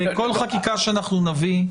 בכל חקיקה שאנחנו נביא,